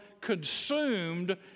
consumed